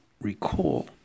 recall